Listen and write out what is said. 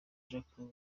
jacques